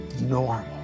normal